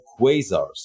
quasars